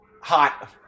Hot